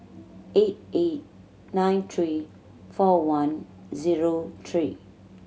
eight eight nine three four one zero three